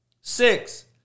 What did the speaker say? Six